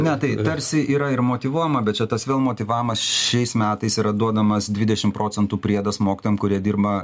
ne tai tarsi yra ir motyvuojama bet čia tas vėl motyvavimas šiais metais yra duodamas dvidešimt procentų priedas mokytojam kurie dirba